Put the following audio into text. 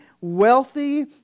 wealthy